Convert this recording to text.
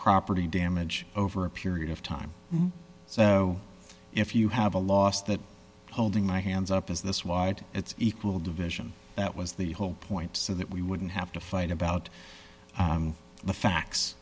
property damage over a period of time so if you have a loss that holding my hands up is this wide it's equal division that was the whole point so that we wouldn't have to fight about the facts